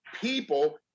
people